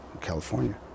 California